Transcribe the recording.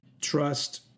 Trust